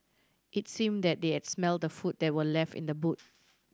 it seemed that they had smelt the food that were left in the boot